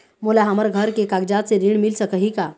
मोला हमर घर के कागजात से ऋण मिल सकही का?